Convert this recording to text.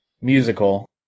musical